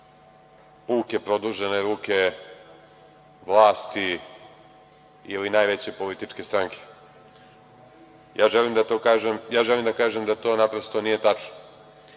puke produžene ruke vlasti ili najveće političke stranke. Želim da kažem da to naprosto nije tačno